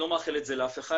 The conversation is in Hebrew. אני לא מאחל את זה לאף אחד,